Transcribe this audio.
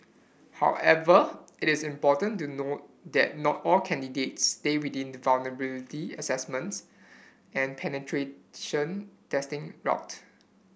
however it is important to note that not all candidates stay within the vulnerability assessment and penetration testing route